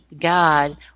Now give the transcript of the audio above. God